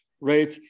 right